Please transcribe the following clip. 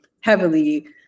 heavily